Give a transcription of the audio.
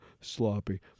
Sloppy